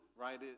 right